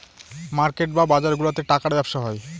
market বা বাজারগুলাতে টাকার ব্যবসা হয়